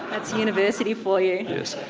that's university for you! yes,